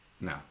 No